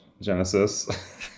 Genesis